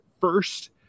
first